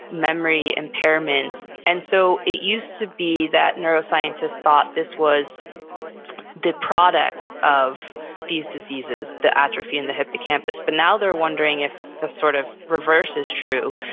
memory impairments. and so it used to be that neuroscientists thought this was the product of these diseases, the atrophy and the hippocampus. hippocampus. but now, they're wondering if the sort of reverse is true.